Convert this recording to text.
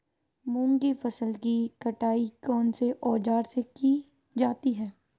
मूंग की फसल की कटाई कौनसे औज़ार से की जाती है?